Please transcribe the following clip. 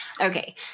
Okay